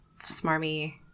smarmy